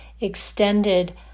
extended